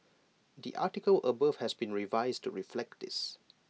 the article above has been revised to reflect this